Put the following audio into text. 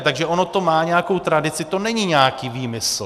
Takže ono to má nějakou tradici, to není nějaký výmysl.